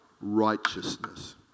righteousness